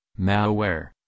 malware